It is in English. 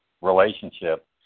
relationship